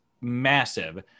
massive